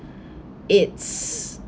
it's